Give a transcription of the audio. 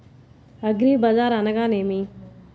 అగ్రిబజార్ అనగా నేమి?